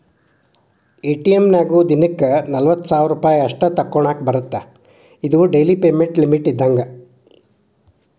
ATM ನ್ಯಾಗು ದಿನಕ್ಕ ನಲವತ್ತ ಸಾವಿರ್ ರೂಪಾಯಿ ಅಷ್ಟ ತೋಕೋನಾಕಾ ಬರತ್ತಾ ಇದು ಡೆಲಿ ಪೇಮೆಂಟ್ ಲಿಮಿಟ್ ಇದ್ದಂಗ